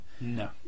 no